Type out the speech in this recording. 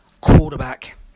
Quarterback